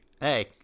Hey